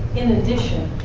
in addition,